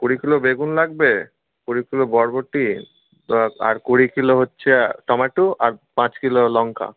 কুড়ি কিলো বেগুন লাগবে কুড়ি কিলো বরবটি আর কুড়ি কিলো হচ্ছে টম্যাটো আর পাঁচ কিলো লঙ্কা